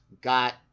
got